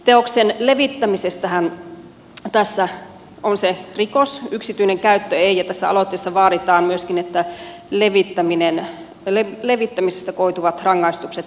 teoksen levittäminenhän tässä on se rikos yksityinen käyttö ei ja tässä aloitteessa vaaditaan myöskin että levittämisestä koituvia rangaistuksia lievennettäisiin